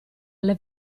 alle